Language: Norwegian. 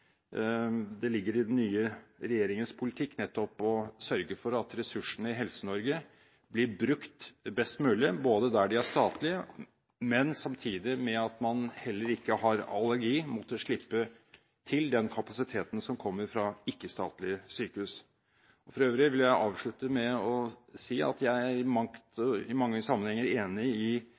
det ligger i den nye regjeringens politikk nettopp å sørge for at ressursene i Helse-Norge blir brukt best mulig, der de er statlige, men at man samtidig ikke har allergi mot å slippe til den kapasiteten som kommer fra ikke-statlige sykehus. For øvrig vil jeg avslutte med å si at jeg i mange sammenhenger er enig i